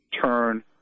turn